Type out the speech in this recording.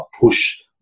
push